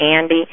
Andy